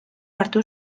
hartu